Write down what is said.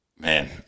Man